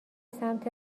سمت